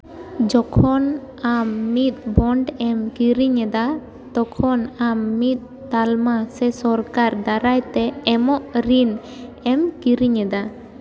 ᱡᱚᱠᱷᱚᱱ ᱟᱢ ᱢᱤᱫ ᱵᱚᱱᱰ ᱮᱢ ᱠᱤᱨᱤᱧᱮᱫᱟ ᱛᱚᱠᱷᱚᱱ ᱟᱢ ᱢᱤᱫ ᱛᱟᱞᱢᱟ ᱥᱚᱨᱠᱟᱨ ᱫᱟᱨᱟᱭᱛᱮ ᱮᱢᱚᱜ ᱨᱤᱱ ᱮᱢ ᱠᱤᱨᱤᱧᱮᱫᱟ